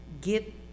get